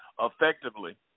effectively